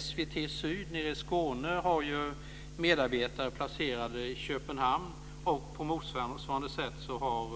SVT Syd i Skåne har medarbetare placerade i Köpenhamn, och på motsvarande sätt har